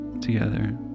together